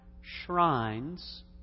shrines